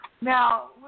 Now